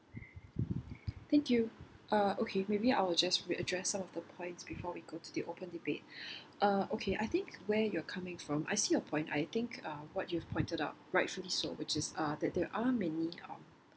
thank you uh okay maybe I'll just readdress some of the points before we go to the open debate uh okay I think where you're coming from I see your point I think uh what you've pointed up rightfully so which is uh that there are many um